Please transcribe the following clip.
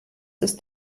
ist